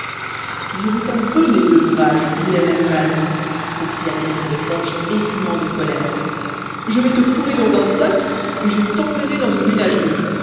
je vais t'en donner de l'ouvrage vilain animal s'écria le maître de forge écumant de colère je vais te fourrer dans un sac et je t'enverrai dans une ménagerie